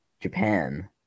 Japan